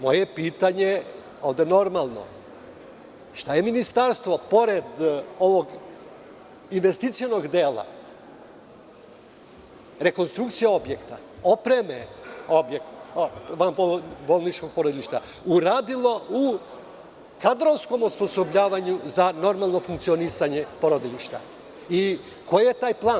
Moje pitanje je normalno – šta je Ministarstvo, pored ovog investicionog dela, rekonstrukcija objekta vanbolničkog porodilišta, uradilo u kadrovskom osposobljavanju za normalno funkcionisanje porodilišta i koji je plan?